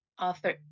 author